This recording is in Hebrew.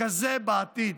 כזה בעתיד.